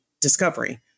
discovery